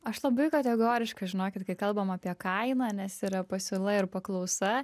aš labai kategoriška žinokit kai kalbam apie kainą nes yra pasiūla ir paklausa